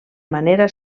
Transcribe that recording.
manera